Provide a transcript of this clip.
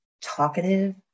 talkative